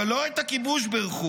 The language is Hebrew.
אבל לא את הכיבוש בירכו,